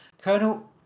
Colonel